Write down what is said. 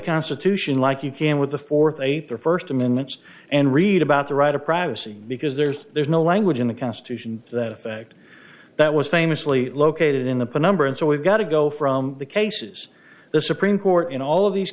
constitution like you can with the fourth eighth the first amendment and read about the right of privacy because there's there's no language in the constitution that effect that was famously located in the penumbra and so we've got to go from the cases the supreme court in all of these